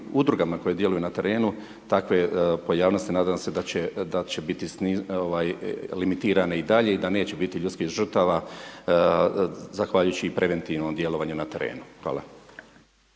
udrugama koje djeluju na terenu, takve pojavnosti nadam se da će biti limitirane i dalje i da neće biti ljudskih žrtava zahvaljujući i preventivnom djelovanju na terenu. Hvala.